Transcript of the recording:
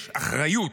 יש אחריות,